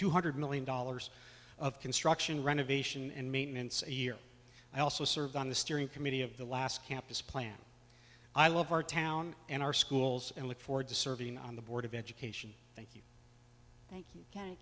two hundred million dollars of construction renovation and maintenance a year i also served on the steering committee of the last campus plan i love our town and our schools and look forward to serving on the board of education thank you